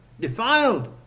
defiled